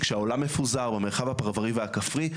כשהעולם מפוזר במרחב הפרברי והכפרי,